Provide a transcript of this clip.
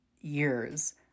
years